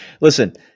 Listen